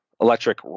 electric